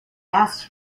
asked